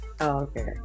okay